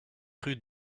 rue